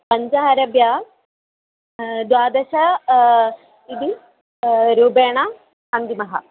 पञ्च आरभ्य द्वादश इति रूपेण अङ्गिमः